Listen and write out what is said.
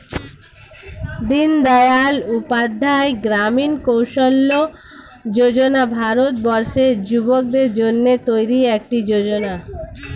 দিনদয়াল উপাধ্যায় গ্রামীণ কৌশল্য যোজনা ভারতবর্ষের যুবকদের জন্য তৈরি একটি যোজনা